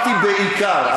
אמרתי: בעיקר.